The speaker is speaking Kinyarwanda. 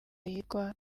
yitwa